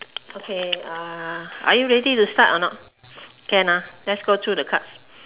okay uh are you ready to start or not can ah let's go through the cards